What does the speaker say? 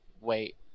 wait